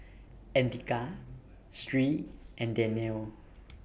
Andika Sri and Danial